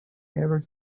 ever